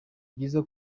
byiza